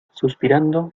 suspirando